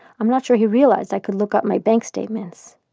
i'm not sure he realized i could look up my bank statements.